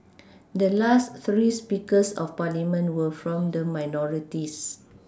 the last three Speakers of parliament were from the minorities